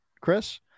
Chris